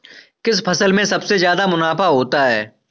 किस फसल में सबसे जादा मुनाफा होता है?